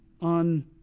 on